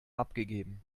abgegeben